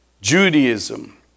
Judaism